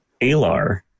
Alar